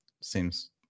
seems